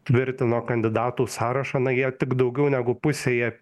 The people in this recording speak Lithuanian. tvirtino kandidatų sąrašą na jie tik daugiau negu pusėje